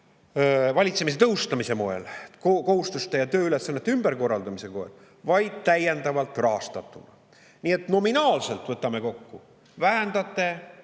valitsemise tõhustamise abil, kohustuste ja tööülesannete ümberkorraldamisega, vaid täiendavalt rahastatuna. Nii et nominaalselt, võtame kokku, te vähendate